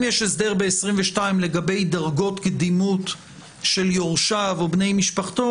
אם יש הסדר ב-22 לגבי דרגות קדימות של יורשיו או בני משפחתו,